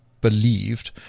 believed